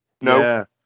No